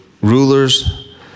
rulers